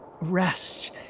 rest